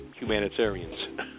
humanitarians